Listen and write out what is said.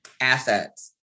Assets